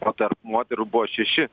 o tarp moterų buvo šeši